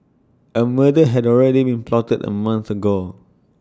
A murder had already been plotted A month ago